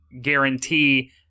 guarantee